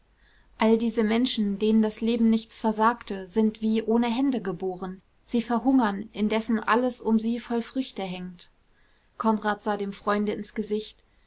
all diese menschen denen das leben nichts versagte sind wie ohne hände geboren sie verhungern indessen alles um sie voll früchte hängt konrad sah dem freunde ins gesicht